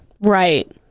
Right